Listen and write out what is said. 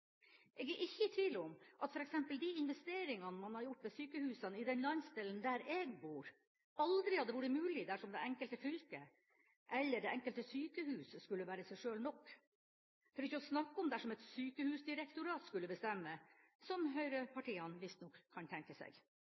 Jeg er ikke i tvil om at f.eks. de investeringene man har gjort ved sykehusene i den landsdelen der jeg bor, aldri hadde vært mulig dersom det enkelte fylket eller det enkelte sykehus skulle være seg sjøl nok. For ikke å snakke om dersom et sykehusdirektorat skulle bestemme – som høyrepartiene visstnok kan tenke seg.